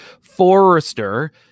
Forrester